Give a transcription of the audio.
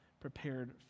prepared